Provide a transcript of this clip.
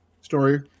story